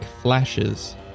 flashes